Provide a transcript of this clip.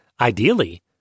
ideally